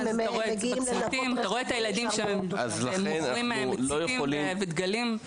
ילדים שמוכרים דגלים או מצתים.